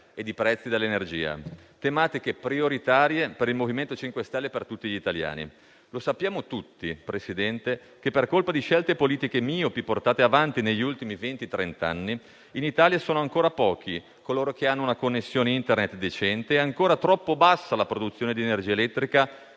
e di prezzi dell'energia, tematiche prioritarie per il MoVimento 5 Stelle e per tutti gli italiani. Sappiamo tutti - Presidente - che, per colpa di scelte politiche miopi portate avanti negli ultimi venti-trent'anni, in Italia sono ancora pochi coloro che hanno una connessione Internet decente ed è ancora troppo bassa la produzione di energia elettrica